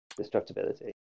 destructibility